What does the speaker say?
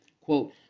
Quote